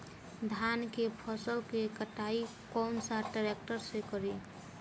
धान के फसल के कटाई कौन सा ट्रैक्टर से करी?